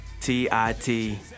T-I-T